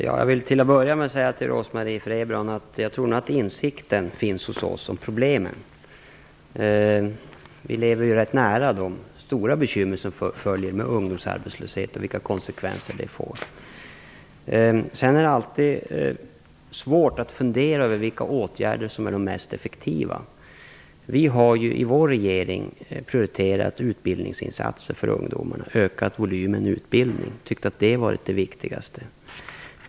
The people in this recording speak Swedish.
Fru talman! Jag vill börja med att säga till Rose Marie Frebran att jag tror nog att vi har insikt om problemen. Vi lever ganska nära de stora bekymmer som följer med ungdomsarbetslösheten och de konsekvenser den får. Det är alltid svårt att fundera över vilka åtgärder som är mest effektiva. I vår regering har vi prioriterat utbildningsinsatser för ungdomarna. Vi har ökat volymen på utbildningen. Vi har tyckt att det är det viktigaste.